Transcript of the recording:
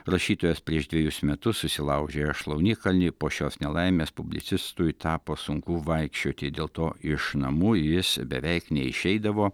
rašytojas prieš dvejus metus susilaužė šlaunikaulį po šios nelaimės publicistui tapo sunku vaikščioti dėl to iš namų jis beveik neišeidavo